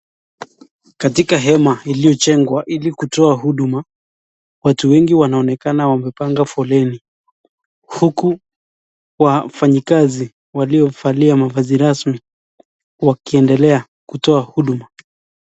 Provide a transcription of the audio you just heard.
Katika hema iliyojengwa ili kutoa huduma watu wengi wanaonekana wamepanga foleni, huku wafanyikazi waliovalia mavazi rasmi wakiendelea kutoa huduma.